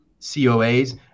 COAs